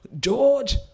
George